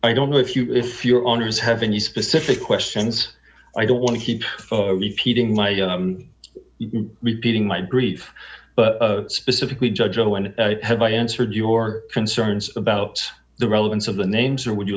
i don't know if you if your owners have any specific questions i don't want to keep repeating like repeating my grief but specifically judge or when have i answered your concerns about the relevance of the names or would you